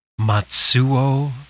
Matsuo